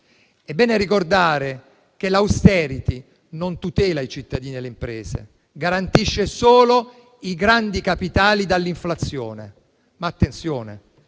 È bene ricordare che l'*austerity* non tutela i cittadini e le imprese, ma garantisce solo i grandi capitali dall'inflazione. Attenzione,